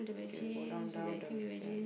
if you go down down the